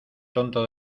tonto